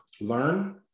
learn